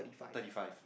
thirty five